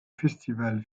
festival